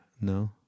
No